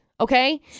Okay